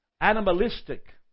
animalistic